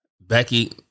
Becky